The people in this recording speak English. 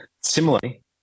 Similarly